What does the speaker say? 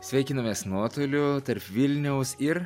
sveikinamės nuotoliu tarp vilniaus ir